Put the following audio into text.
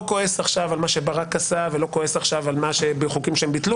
לא כועס עכשיו על מה שברק עשה ולא כועס עכשיו על שביטלו חוקים,